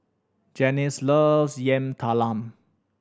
Janice loves Yam Talam